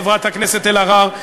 חברת הכנסת אלהרר,